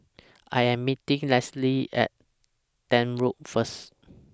I Am meeting Lesly At Tank Road First